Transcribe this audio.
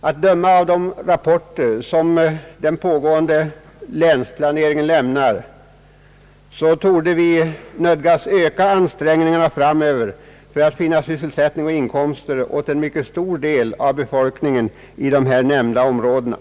Att döma av de rapporter som den pågående länsplaneringen lämnar torde vi nödgas öka ansträngningarna i framtiden för att finna sysselsättning och inkomster åt en mycket stor del av befolkningen i de nämnda områdena.